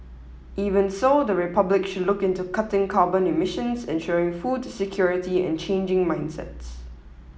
even so the Republic should look into cutting carbon emissions ensuring food security and changing mindsets